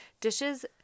dishes